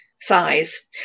Size